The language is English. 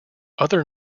other